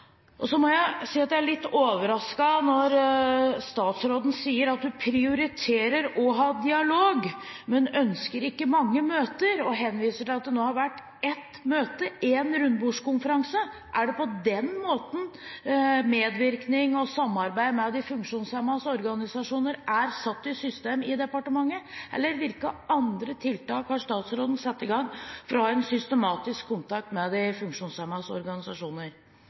Så må jeg si jeg er litt overrasket når statsråden sier at hun prioriterer å ha dialog, men ønsker ikke mange møter, og henviser til at det nå har vært ett møte, én rundebordskonferanse. Er det på den måten medvirkning og samarbeid med de funksjonshemmedes organisasjoner er satt i system i departementet, eller hvilke andre tiltak har statsråden satt i gang for å ha en systematisk kontakt med funksjonshemmedes organisasjoner?